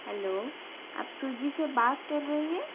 hello आप Swiggy से बात कर रही हैं